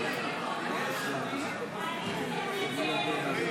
להביע אי-אמון